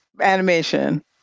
animation